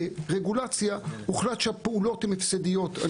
ברגולציה הוחלט שהפעולות הן הפסדיות.